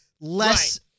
less